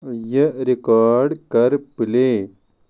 یہِ ریکارڈ کر پلے